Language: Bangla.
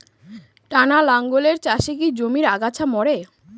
টানা লাঙ্গলের চাষে কি জমির আগাছা মরে?